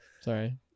Sorry